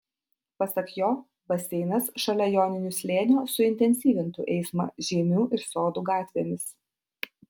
pasak jo baseinas šalia joninių slėnio suintensyvintų eismą žeimių ir sodų gatvėmis